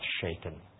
shaken